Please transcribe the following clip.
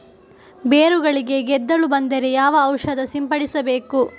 ಬೇರುಗಳಿಗೆ ಗೆದ್ದಲು ಬಂದರೆ ಯಾವ ಔಷಧ ಸಿಂಪಡಿಸಬೇಕು?